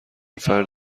فرد